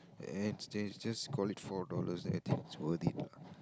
and it's it's just call it four dollars and I think it's worth it lah